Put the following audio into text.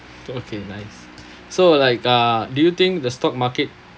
okay nice so like uh do you think the stock market